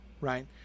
right